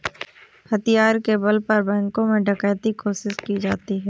हथियार के बल पर बैंकों में डकैती कोशिश की जाती है